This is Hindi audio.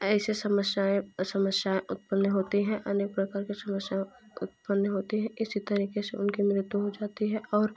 ऐसे समस्याएँ समस्याएँ उत्पन्न होती है अनेक प्रकार की समस्याएँ उत्पन्न होती है इसी तरह की उनकी मृत्यु हो जाती है और